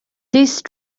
these